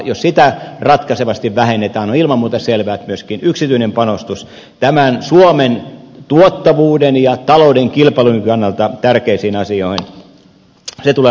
jos sitä ratkaisevasti vähennetään on ilman muuta selvää että myöskin yksityinen panostus suomen tuottavuuden ja talouden kilpailukyvyn kannalta tärkeisiin asioihin tulee laskemaan